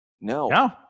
No